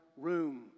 room